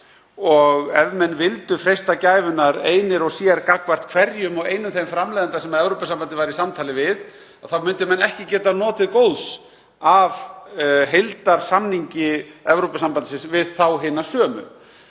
og ef menn vildu freista gæfunnar einir og sér gagnvart hverjum og einum þeim framleiðanda sem Evrópusambandið var í samtali við, þá myndu þeir ekki geta notið góðs af heildarsamningi Evrópusambandsins við þá hina sömu.